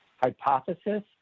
hypothesis